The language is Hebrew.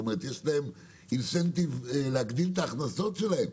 זאת אומרת יש להם אינסנטיב להגדיל את ההכנסות שלהם,